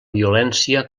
violència